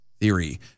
theory